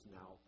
now